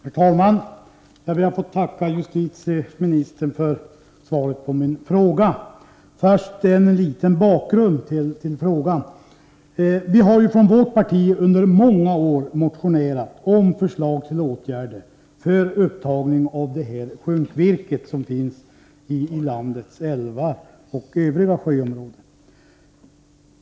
Herr talman! Jag ber att få tacka justitieministern för svaret på min fråga. Först en liten bakgrund till frågan. Vi har från vårt parti under många år motionerat om förslag till åtgärder för upptagning av det sjunkvirke som finns i landets älvar och sjöområden.